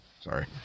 Sorry